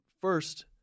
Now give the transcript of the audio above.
first